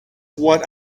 what